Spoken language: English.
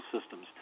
systems